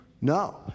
No